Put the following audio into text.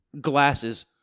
Glasses